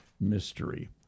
mystery